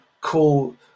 cool